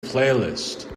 playlist